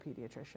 pediatrician